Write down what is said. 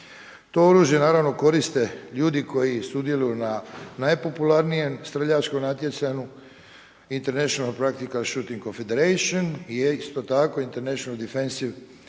To oružje naravno koriste ljudi koji sudjeluju na najpopularnijem streljačkom natjecanju International Practical Shooting Federation i isto tako International Defensive